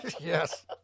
Yes